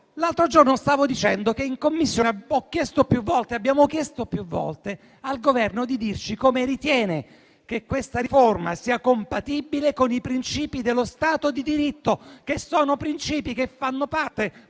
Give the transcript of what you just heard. Qualche giorno fa dicevo che in Commissione abbiamo chiesto più volte al Governo di dirci come ritiene che questa riforma sia compatibile con i principi dello Stato di diritto, che fanno parte